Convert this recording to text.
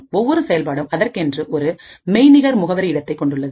ஒவ்வொரு செயல்பாடும் அதற்கென்று ஒரு மெய்நிகர் முகவரி இடத்தை கொண்டுள்ளது